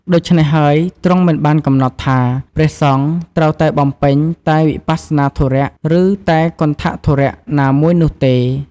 ដូច្នេះហើយ ទ្រង់មិនបានកំណត់ថា ព្រះសង្ឃត្រូវតែបំពេញតែវិបស្សនាធុរៈ ឬតែគន្ថធុរៈណាមួយនោះទេ។